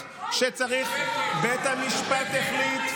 בית המשפט החליט,